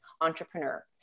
entrepreneur